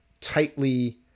tightly